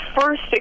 first